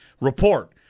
Report